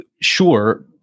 sure